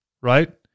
right